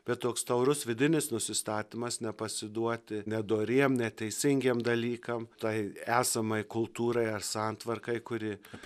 bet toks taurus vidinis nusistatymas nepasiduoti nedoriem neteisingiem dalykam tai esamai kultūrai ar santvarkai kuri